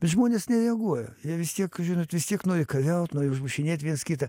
bet žmonės nereaguoja jie vis tiek žinot vis tiek nori kariaut nori užmušinėt viens kitą